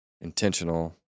intentional